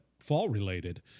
fall-related